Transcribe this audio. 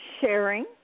sharing